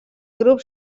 grup